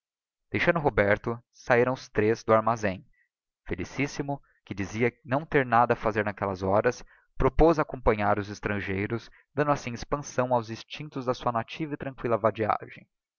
deixando roberto sahiram os três do armazém felicíssimo que dizia não ter nada a fazer n aquellas horas propoz acompanhar os cxtrangeiros dando assim expansão aos instinctos da sua nativa e tranquilla vadiagem